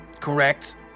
Correct